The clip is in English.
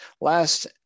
Last